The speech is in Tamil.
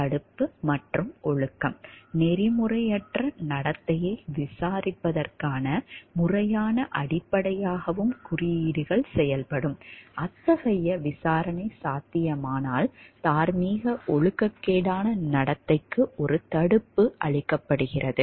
தடுப்பு மற்றும் ஒழுக்கம் நெறிமுறையற்ற நடத்தையை விசாரிப்பதற்கான முறையான அடிப்படையாகவும் குறியீடுகள் செயல்படும் அத்தகைய விசாரணை சாத்தியமானால் தார்மீக ஒழுக்கக்கேடான நடத்தைக்கு ஒரு தடுப்பு அளிக்கப்படுகிறது